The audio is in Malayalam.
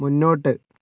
മുന്നോട്ട്